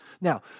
Now